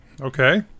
Okay